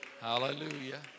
Hallelujah